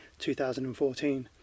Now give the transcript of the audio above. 2014